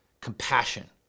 compassion